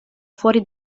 fuori